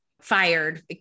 fired